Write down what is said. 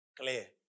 Clear